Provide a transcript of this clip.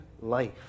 life